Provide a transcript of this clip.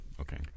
okay